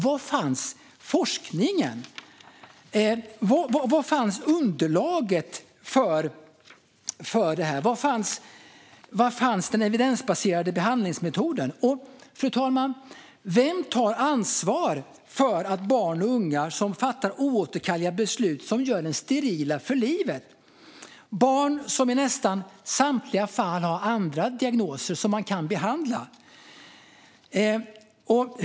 Var fanns forskningen? Var fanns underlaget? Var fanns den evidensbaserade behandlingsmetoden? Fru talman! Vem tar ansvar för att barn och unga fattar oåterkalleliga beslut som gör dem sterila för livet? Barnen har i nästan samtliga fall andra diagnoser som kan behandlas.